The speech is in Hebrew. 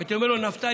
הייתי אומר לו: נפתלי,